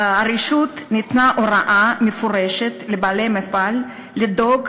הרשות נתנה הוראה מפורשת לבעלי המפעל לדאוג